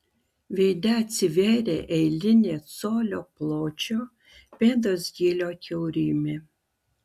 veide atsivėrė eilinė colio pločio pėdos gylio kiaurymė